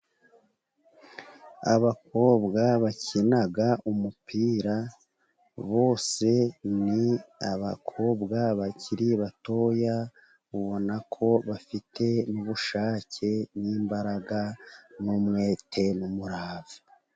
Abakobwa bakina umupira, bose ni abakobwa bakiri batoya ubona ko bafite ubushake n'imbaraga n'umwete n'umurava.